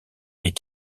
est